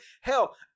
Hell